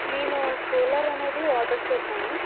నేను కూలర్ అనేది ఆర్డర్ చేశాను